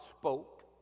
spoke